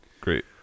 Great